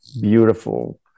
beautiful